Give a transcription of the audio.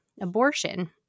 abortion